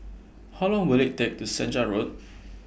How Long Will IT Take to Senja Road